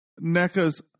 Neca's